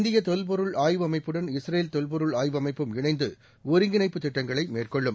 இந்தியதொல்பொருள் ஆய்வு அமைப்புடன் இஸ்ரேல் தொல்பொருள் ஆய்வு அமைப்பும் இணைந்துஒருங்கிணைப்பு திட்டங்களைமேற்கொள்ளும்